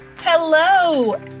hello